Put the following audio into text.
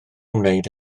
wneud